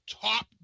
top